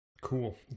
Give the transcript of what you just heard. Cool